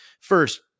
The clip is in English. first